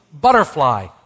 butterfly